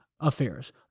affairs